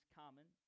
common